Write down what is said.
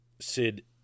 Sid